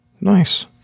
Nice